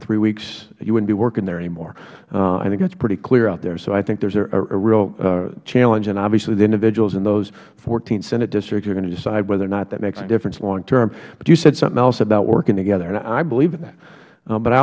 three weeks you wouldnt be working there anymore i think that is pretty clear out there so i think there is a real challenge and obviously the individuals in those fourteen senate districts are going to decide whether or not that makes a difference in the long term but you said something else about working together and i believe in that but i